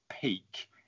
peak